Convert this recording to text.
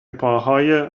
پاهای